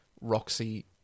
Roxy